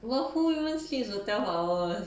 well who even sleeps for twelve hours